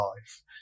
life